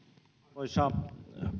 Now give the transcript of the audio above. arvoisa